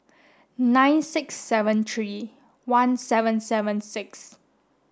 nine six seven three one seven seven six